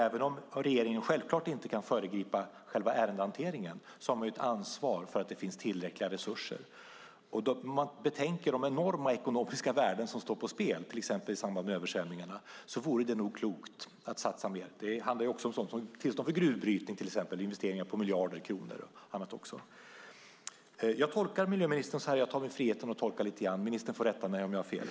Även om regeringen självklart inte kan föregripa själva ärendehanteringen har man ändå ett ansvar för att det finns tillräckliga resurser. Om man betänker de enorma ekonomiska värden som står på spel, till exempel i samband med översvämningarna, vore det nog klokt att satsa mer. Det handlar också om sådant som tillstånd för gruvbrytningar - investeringar för miljarder kronor - och annat. Jag tar mig friheten att tolka ministern lite grann. Ministern får rätta mig om jag har fel.